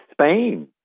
Spain